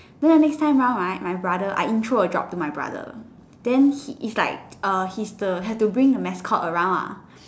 then the next time round right my brother I intro a job to my brother then it's like uh he's the have to bring the mascot around ah